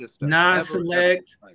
non-select